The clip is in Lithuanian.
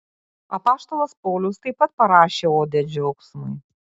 apaštalas paulius taip pat parašė odę džiaugsmui